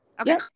okay